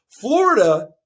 Florida